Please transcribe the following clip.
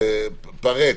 תפרט,